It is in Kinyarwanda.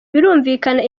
birumvikana